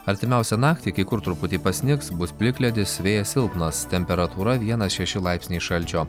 artimiausią naktį kai kur truputį pasnigs bus plikledis vėjas silpnas temperatūra vienas šeši laipsniai šalčio